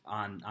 on